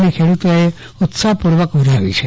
અને ખેડૂતોએ ઉત્સાહપૂર્વક વધાવી લીધો છે